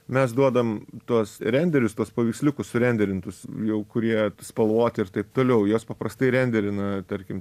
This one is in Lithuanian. mes duodam tuos renderius tuos paveiksliukus surenderintus jau kurie spalvoti ir taip toliau juos paprastai renderina tarkim